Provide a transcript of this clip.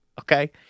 Okay